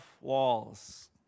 walls